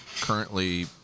currently